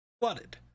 flooded